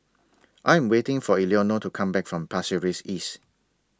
I Am waiting For Eleonore to Come Back from Pasir Ris East